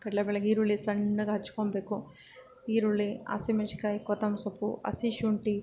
ಕಡಲೇ ಬೇಳೆಗೆ ಈರುಳ್ಳಿ ಸಣ್ಣಗೆ ಹೆಚ್ಚೊಳ್ಬೇಕು ಈರುಳ್ಳಿ ಹಸಿಮೆಣ್ಸಿನ್ಕಾಯಿ ಕೊತ್ತಂಬರಿ ಸೊಪ್ಪು ಹಸಿ ಶುಂಠಿ